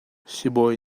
sibawi